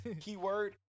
Keyword